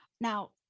Now